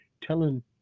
telling